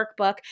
workbook